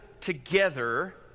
together